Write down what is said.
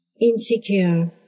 insecure